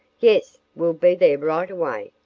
yes, we'll be there right away,